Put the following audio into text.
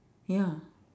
ya